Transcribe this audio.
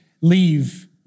leave